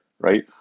right